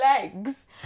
legs